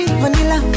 vanilla